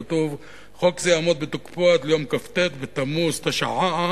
כתוב: "חוק זה יעמוד בתוקפו עד ליום כ"ט בתמוז תשע"א,